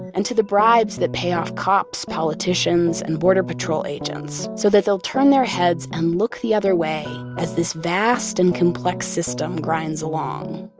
and to the bribes that pay off cops, politicians, and border patrol agents, so that they'll turn their heads and look the other way as this vast and complex system grinds along